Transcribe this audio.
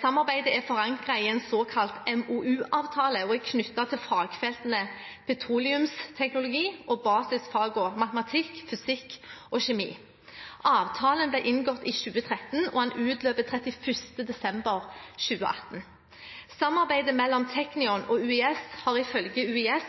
Samarbeidet er forankret i en såkalt MoU-avtale og er knyttet til fagfeltene petroleumsteknologi og basisfagene matematikk, fysikk og kjemi. Avtalen ble inngått i 2013 og utløper 31. desember 2018. Samarbeidet mellom Technion og UiS har ifølge UiS